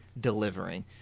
delivering